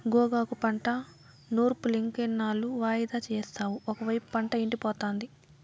గోగాకు పంట నూర్పులింకెన్నాళ్ళు వాయిదా యేస్తావు ఒకైపు పంట ఎండిపోతాంది